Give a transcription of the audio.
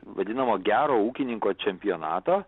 vadinamo gero ūkininko čempionato